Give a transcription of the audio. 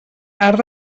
arc